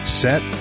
set